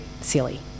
silly